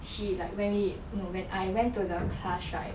she like when we no when I went to the class right